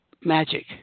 magic